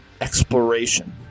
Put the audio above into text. exploration